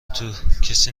توکسی